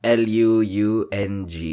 l-u-u-n-g